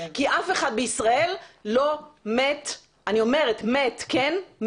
כי אף אחד בישראל לא מת, אני אומרת מת, מת כן?